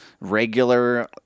regular